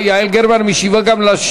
ולשוויון מגדרי נתקבלה.